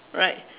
right